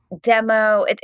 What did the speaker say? demo